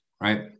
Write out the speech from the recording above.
right